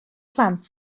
plant